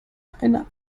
eine